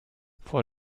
vor